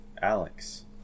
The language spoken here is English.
Alex